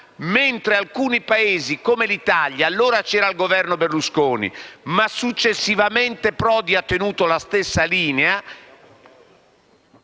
mentre alcuni Paesi come l'Italia - allora c'era il Governo Berlusconi, ma successivamente Prodi ha tenuto la stessa linea